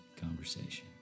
Conversation